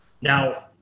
Now